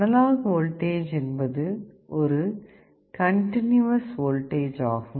analogue voltage என்பது ஒரு continuous voltage ஆகும்